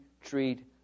treat